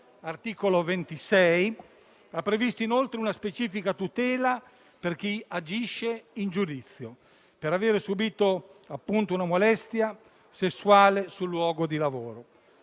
articolo 26, ha previsto inoltre una specifica tutela per chi agisce in giudizio per aver subito, appunto, una molestia sessuale sul luogo di lavoro.